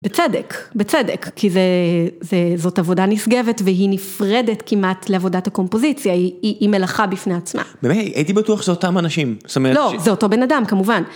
בצדק, בצדק, כי זה... זה... זאת עבודה נשגבת והיא נפרדת כמעט לעבודת הקומפוזיציה, היא מלאכה בפני עצמה. באמת? הייתי בטוח שזה אותם אנשים, זאת אומרת ש... לא, זה אותו בן אדם, כמובן.